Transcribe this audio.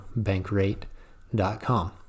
bankrate.com